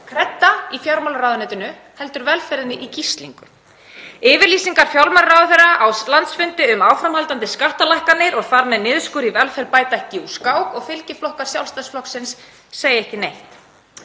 Kredda í fjármálaráðuneytinu heldur velferðinni í gíslingu. Yfirlýsingar fjármálaráðherra á landsfundi, um áframhaldandi skattalækkanir og þar með niðurskurð í velferð, bæta ekki úr skák og fylgiflokkar Sjálfstæðisflokksins segja ekki neitt.